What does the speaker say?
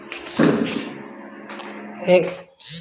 असो लोग बकला कम बोअलेबा